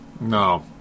No